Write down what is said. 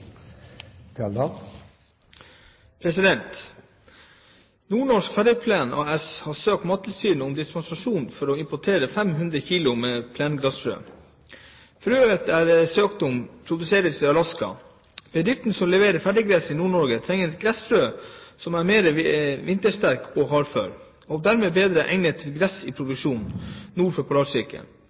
tidligere. «Nord-Norsk Ferdigplen AS har søkt Mattilsynet om dispensasjon for å importere 500 kg med plengressfrø. Frøet det er søkt om, produseres i Alaska. Bedriften som leverer ferdiggress i Nord-Norge, trenger et gressfrø som er mer vintersterkt og hardført, og dermed bedre egnet for